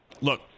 Look